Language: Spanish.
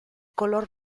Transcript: color